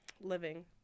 living